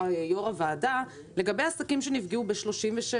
יו"ר הוועדה לגבי עסקים שנפגעו ב-36%,